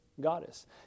goddess